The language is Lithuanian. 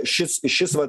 šis šis va